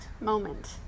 moment